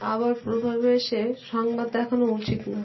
আবার প্রভাবে এসে সংবাদ দেখানো উচিত না